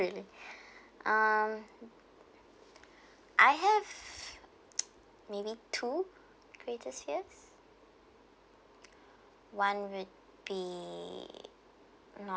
really um I have maybe two greatest fears one would be